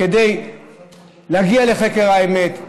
כדי להגיע לחקר האמת.